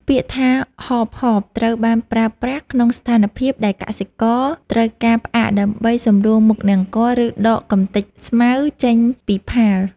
ពាក្យថា ហបៗ ត្រូវបានប្រើប្រាស់ក្នុងស្ថានភាពដែលកសិករត្រូវការផ្អាកដើម្បីសម្រួលមុខនង្គ័ល ឬដកកម្ទេចស្មៅចេញពីផាល។